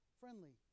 friendly